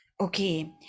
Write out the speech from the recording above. Okay